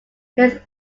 his